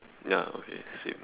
ya okay same